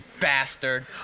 bastard